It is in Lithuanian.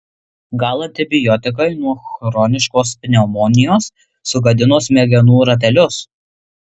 gal antibiotikai nuo chroniškos pneumonijos sugadino smegenų ratelius